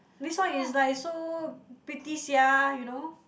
this one is like so pretty sia